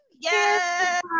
Yes